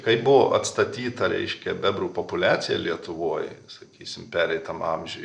kai buvo atstatyta reiškia bebrų populiacija lietuvoj sakysim pereitam amžiuj